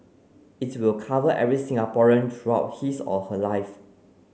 it will cover every Singaporean throughout his or her life